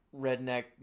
redneck